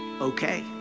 okay